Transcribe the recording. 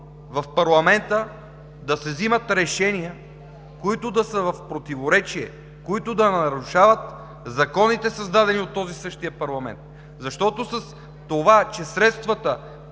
в парламента да се взимат решения, които да са в противоречие, които да нарушават законите, създадени от този същия парламент, защото с това, че средствата